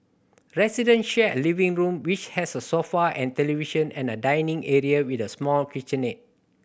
resident share a living room which has a sofa and television and a dining area with a small kitchenette